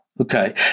Okay